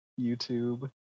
YouTube